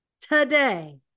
Today